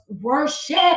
worship